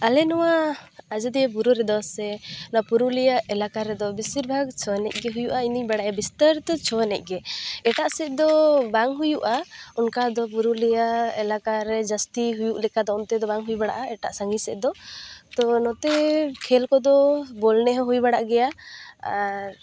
ᱟᱞᱮ ᱱᱚᱣᱟ ᱟᱡᱚᱫᱤᱭᱟᱹ ᱵᱩᱨᱩ ᱨᱮᱫᱚ ᱥᱮ ᱯᱩᱨᱤᱞᱤᱭᱟ ᱮᱞᱟᱠᱟ ᱨᱮᱫᱚ ᱵᱮᱥᱤᱨ ᱵᱷᱟᱜ ᱪᱷᱳ ᱮᱱᱮᱡᱜᱮ ᱦᱩᱭᱩᱜᱼᱟ ᱤᱧᱫᱚᱧ ᱵᱟᱲᱟᱭᱟ ᱵᱤᱥᱛᱟᱹᱨᱤᱛᱚ ᱪᱷᱳ ᱮᱱᱮᱡᱜᱮ ᱮᱴᱟᱜ ᱥᱮᱪᱫᱚ ᱵᱟᱝ ᱦᱩᱭᱩᱜᱼᱟ ᱚᱱᱠᱟᱫᱚ ᱯᱩᱨᱩᱞᱤᱭᱟ ᱮᱞᱟᱠᱟᱨᱮ ᱡᱟᱹᱥᱛᱤ ᱦᱩᱭᱩᱜ ᱞᱮᱠᱟᱫᱚ ᱚᱱᱛᱮ ᱫᱚ ᱵᱟᱝ ᱦᱩᱭ ᱵᱟᱲᱟᱜᱼᱟ ᱮᱴᱟᱜ ᱥᱟᱸᱜᱤᱧ ᱥᱮᱪᱫᱚ ᱛᱚ ᱱᱚᱛᱮ ᱠᱷᱮᱞ ᱠᱚᱫᱚ ᱵᱚᱞ ᱮᱱᱮᱡᱦᱚᱸ ᱦᱩᱭ ᱵᱟᱲᱟᱜ ᱜᱮᱭᱟ ᱟᱨ